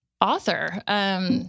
author